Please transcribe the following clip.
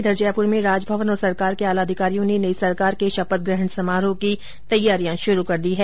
उधर जयपुर में राजभवन और सरकार के आला अधिकारियों ने नई सरकार के शपथग्रहण समारोह की तैयारियां शुरू कर दी हैं